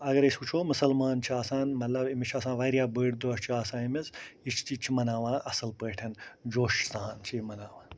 اَگر أسۍ وٕچھو مُسلَمان چھُ آسان مطلب أمِس چھِ آسان واریاہ بٔڑۍ دۄہ چھِ آسان أمِس یہِ چھُ مَناوان اَصٕل پٲٹھۍ جوشہٕ سان چھِ یہِ مَناوان